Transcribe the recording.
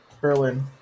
Berlin